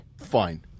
fine